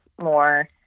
more